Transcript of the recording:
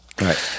right